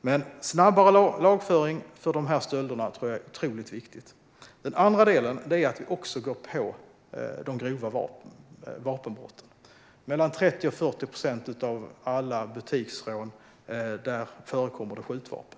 Men en snabbare lagföring för dessa stölder tror jag är otroligt viktigt. Vi går också på de grova vapenbrotten. Vid mellan 30 och 40 procent av alla butiksrån förekommer det skjutvapen.